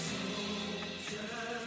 Soldier